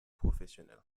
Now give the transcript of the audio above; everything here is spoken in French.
professionnel